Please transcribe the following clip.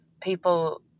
people